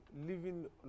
living